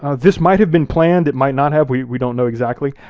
ah this might have been planned, it might not have, we don't know exactly,